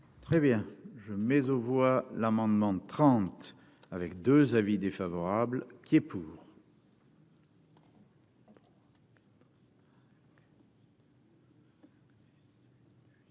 Très bien, je mais aux voix l'amendement de 30 avec 2 avis défavorables qui est pour.